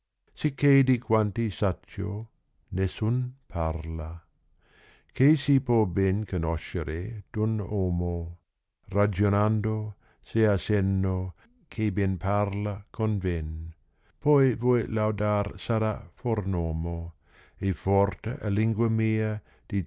sicché di quanti saccio nessnn parla che si pò ben canoscere d'nn omo ragionando se ha senno che ben parla conven poi voi laudar sarà fornomo e forte a lingua mia